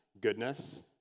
goodness